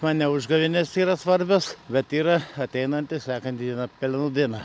man ne užgavėnės yra svarbios bet yra ateinanti sekanti diena pelenų diena